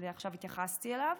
שעכשיו התייחסתי אליו,